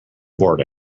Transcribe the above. bored